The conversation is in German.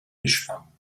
fischfang